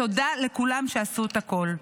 תודה לכולם שעשו את הכול.